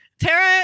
Tara